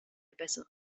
bessere